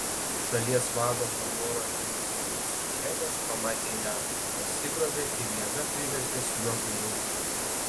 šalies vado hamoro hivo sūnus sichemas pamatė ją pasigrobė ir jėga privertė su juo gulėti